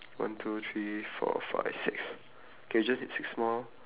one two three four five six okay we just need six more